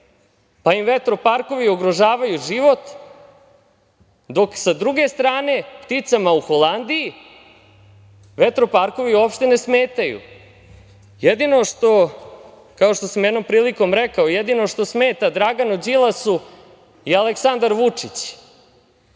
pa im vetroparkovi ugrožavaju život, dok sa druge strane pticama u Holandiji vetroparkovi uopšte ne smetaju? Kao što sam jednom prilikom rekao, jedino što smeta Draganu Đilasu je Aleksandar Vučić.